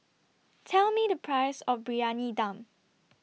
Tell Me The Price of Briyani Dum